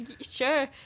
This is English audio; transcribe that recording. Sure